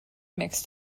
mixed